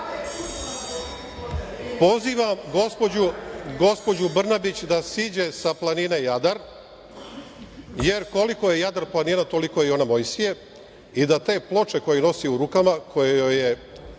Pozivam gospođu Brnabić da siđe sa planine Jadar, jer koliko je Jadar planina, toliko je ona Mojsije i da te ploče koje nosi u rukama, koje joj je